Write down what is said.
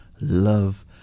love